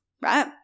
right